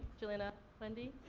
chelina. wendy?